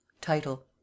title